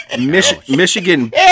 Michigan